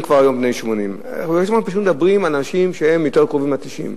הם היום כבר בני 80. אנחנו מדברים על אנשים שהם יותר קרובים ל-90.